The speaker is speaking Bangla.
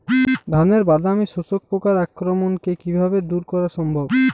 ধানের বাদামি শোষক পোকার আক্রমণকে কিভাবে দূরে করা সম্ভব?